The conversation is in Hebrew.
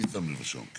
אני רוצה התייחסות.